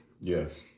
Yes